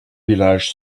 village